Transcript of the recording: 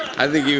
i think you